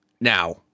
Now